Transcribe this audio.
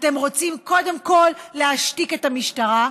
אתם רוצים קודם כול להשתיק את המשטרה,